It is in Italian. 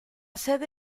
sede